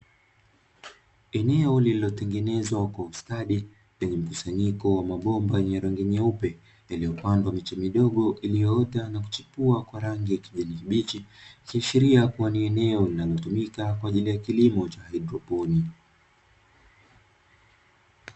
Eneo lililotengenezwa kwa ustadi lenye mkusanyiko wa mabomba yenye rangi nyeupe, yaliyopandwa miti midogo iliyoota na kuchipua kwa rangi ya kijani mbichi, ikiashiria kuwa ni eneo linalotumika kwa ajili ya kilimo cha haidroponi.